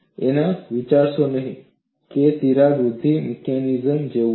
એવું વિચારશો નહીં કે તે તિરાડ વૃધ્ધિ મિકેનિઝમ જેવું છે